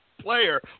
player